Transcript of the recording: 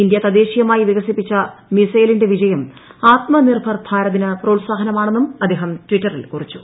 India തദ്ദേശീയമായി വികസിപ്പിച്ച മിസൈലിന്റെ വിജയം ആത്മ നിർഭർ ഭാരതിന് പ്രോത്സാഹനമാണെന്നും അദ്ദേഹം ട്വിറ്ററിൽ കുറിച്ചു